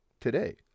today